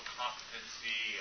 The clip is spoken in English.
competency